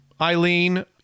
eileen